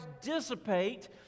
dissipate